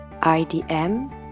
IDM